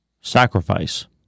sacrifice